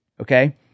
Okay